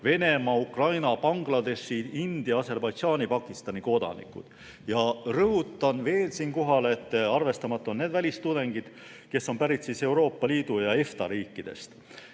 Venemaa, Ukraina, Bangladeshi, India, Aserbaidžaani ja Pakistani kodanikud. Rõhutan veel, et arvestamata on need välistudengid, kes on pärit Euroopa Liidu ja EFTA riikidest.